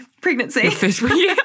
pregnancy